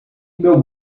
meu